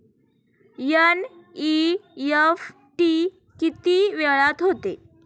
NEFT किती वेळात होते?